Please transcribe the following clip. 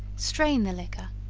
strain the liquor,